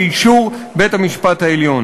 באישור בית-המשפט העליון.